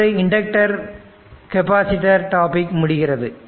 இதோடு inductor capacitor topic முடிகிறது